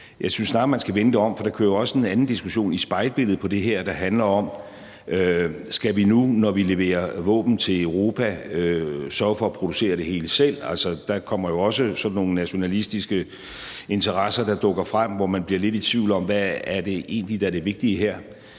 Jeg synes snarere, at man skal vende det om, for der kører jo også en anden diskussion i spejlbilledet på det her, der handler om: Skal vi nu, når vi leverer våben til Europa, sørge for at producere det hele selv? Altså, der kommer jo også sådan nogle nationalistiske interesser frem, hvor man bliver lidt i tvivl om, hvad det egentlig er, der er det vigtige her.